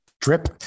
drip